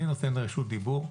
אני נותן רשות דיבור.